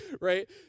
right